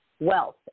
wealth